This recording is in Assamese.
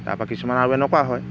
তাৰপৰা কিছুমান আৰু এনেকুৱা হয়